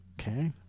Okay